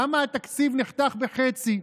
למה התקציב נחתך בחצי?